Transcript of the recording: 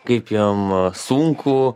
kaip jam sunku